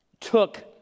took